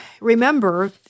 remember